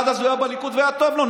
עד אז הוא היה בליכוד והיה טוב לו,